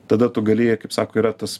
tada tu gali jie kaip sako yra tas